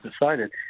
decided